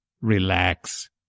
Relax